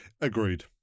Agreed